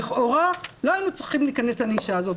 לכאורה לא היינו צריכים להכנס לנישה הזאת,